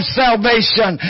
salvation